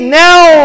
now